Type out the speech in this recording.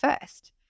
first